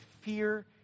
fear